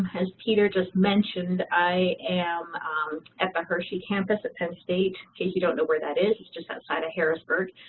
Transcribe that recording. as peter just mentioned, i am at the hershey campus at penn state. in case you don't know where that is, it's just outside of harrisburg.